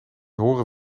horen